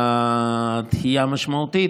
לדחייה המשמעותית,